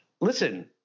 Listen